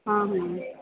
ਹਾਂ ਹਾਂ